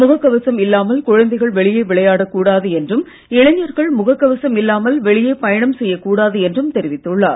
முகக்கவசம் இல்லாமல் குழந்தைகள் வெளியே விளையாட கூடாது என்றும் இளைஞர்கள் முகக்கவசம் இல்லாமல் வெளியே பயணம் செய்யக்கூடாது என்றும் தெரிவித்துள்ளார்